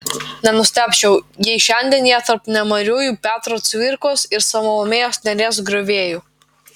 nenustebčiau jei šiandien jie tarp nemariųjų petro cvirkos ir salomėjos nėries griovėjų